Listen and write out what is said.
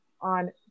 on